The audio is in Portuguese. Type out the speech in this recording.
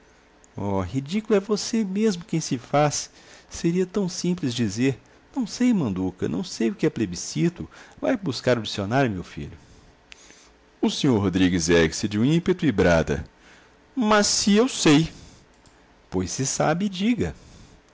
oh ridículo é você mesmo quem se faz seria tão simples dizer não sei manduca não sei o que é plebiscito vai buscar o dicionário meu filho o senhor rodrigues ergue-se de um ímpeto e brada mas se eu sei pois se sabe diga